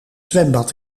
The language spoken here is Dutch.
zwembad